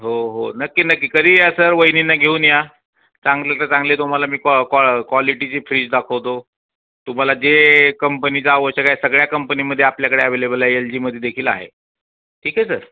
हो हो नक्की नक्की करी या सर वहिनींना घेऊन या चांगलं तर चांगले तुम्हाला मी कॉ कॉ क्वालिटीची फ्रीज दाखवतो तुम्हाला जे कंपनीचा आवश्यक आहे सगळ्या कंपनीमध्ये आपल्याकडे ॲवेलेबल आहे एल जीमध्ये देखील आहे ठीक आहे सर